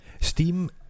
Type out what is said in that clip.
Steam